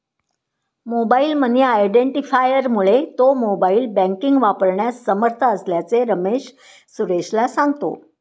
mobile money आयडेंटिफायरमुळे तो mobile banking वापरण्यास समर्थ असल्याचे रमेश सुरेशला सांगतो